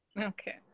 Okay